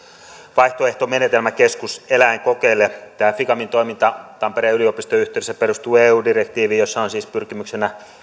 vaihtoehtomenetelmäkeskus eläinkokeille tämä ficamin toiminta tampereen yliopiston yhteydessä perustuu eu direktiiviin jossa on siis pyrkimyksenä